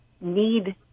need